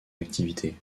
activité